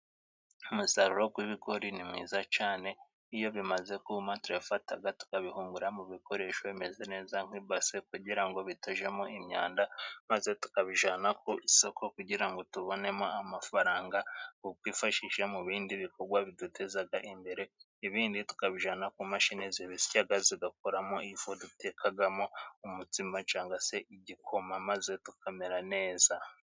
Umusaruro gw'ibigori ni mwiza cane, iyo bimaze kuma turabifataga tukabihungurira mu bikoresho bimeze neza nk'ibase kugira ngo bitajamo imyanda maze tukabijana ku isoko kugira ngo tubonemo amafaranga go kwifashisha mu bindi bikogwa bidutezaga imbere, ibindi tukabijana ku mashini zibisyaga zigakoramo ifu dutekagamo umutsima cangwa se igikoma maze tukamera neza.